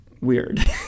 weird